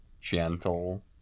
gentle